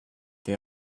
they